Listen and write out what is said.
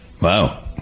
wow